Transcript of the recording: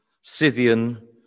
Scythian